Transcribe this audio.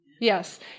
Yes